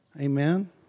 Amen